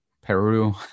Peru